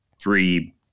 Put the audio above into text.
three